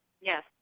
Yes